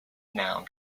noun